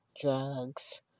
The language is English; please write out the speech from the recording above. drugs